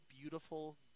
beautiful